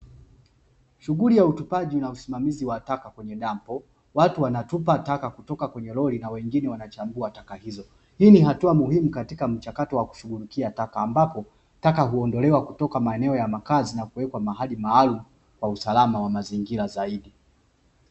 Shughuli ya utupaji na usimamizi wa taka kwenye dampo watu wanatupa taka kutoka kwenye lori na wengine wanachambua taka hizo. Hii ni hatua muhimu katika mchakato wa kushughulikia taka ambapo taka huondolewa kutoka maeneo ya makazi na kupelekwa mahali maalumu kwa usalama wa mazingira zaidi.